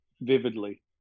vividly